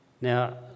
Now